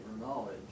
knowledge